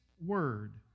Word